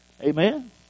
Amen